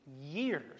years